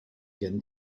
again